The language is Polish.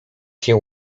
się